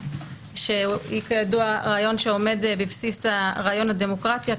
שהיא כידוע רעיון שעומד בסיס רעיון הדמוקרטיה.